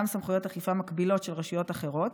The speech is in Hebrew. סמכויות אכיפה מקבילות של רשויות אחרות,